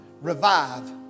revive